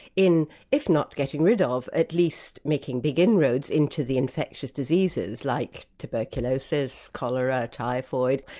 in if not getting rid of, at least making big inroads into the infectious diseases, like tuberculosis, cholera, typhoid.